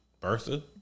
Bertha